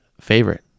favorite